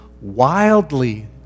wildly